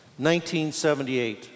1978